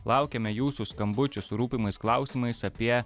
laukiame jūsų skambučių su rūpimais klausimais apie